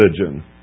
religion